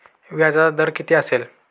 व्याजाचा दर किती असेल?